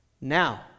Now